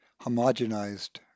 homogenized